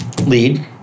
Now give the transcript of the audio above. lead